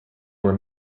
were